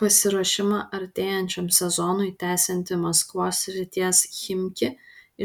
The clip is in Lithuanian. pasiruošimą artėjančiam sezonui tęsianti maskvos srities chimki